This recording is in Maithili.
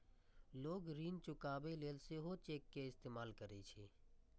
लोग ऋण चुकाबै लेल सेहो चेक के इस्तेमाल करै छै